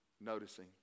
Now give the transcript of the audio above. noticing